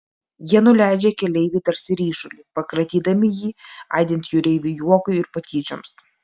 jie nuleidžia keleivį tarsi ryšulį pakratydami jį aidint jūreivių juokui ir patyčioms